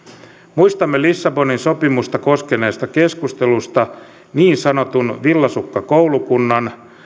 muistamme lissabonin sopimusta koskeneesta keskustelusta niin sanotun villasukkakoulukunnan